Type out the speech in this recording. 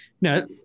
no